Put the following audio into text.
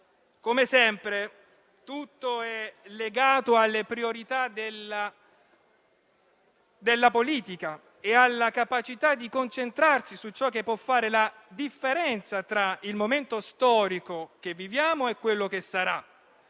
Come sempre, tutto è legato alle priorità della politica e alla capacità di concentrarsi su ciò che può fare la differenza tra il momento storico che viviamo e quello che sarà,